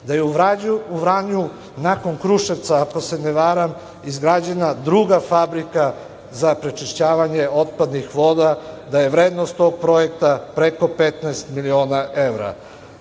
Da je u Vranju nakon Kruševca, ako se ne varam, izgrađena druga fabrika za prečišćavanje otpadnih voda, da je vrednost tog projekta preko 15 miliona evra. Kada